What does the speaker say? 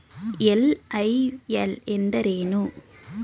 LIL ಎಂದರೇನು?